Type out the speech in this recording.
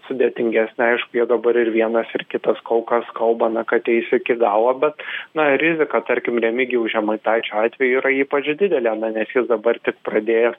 sudėtingesnė aišku jie dabar ir vienas ir kitas kol kas kalba na kad eis iki galo bet na rizika tarkim remigijaus žemaitaičio atveju yra ypač didelė na nes jis dabar tik pradėjęs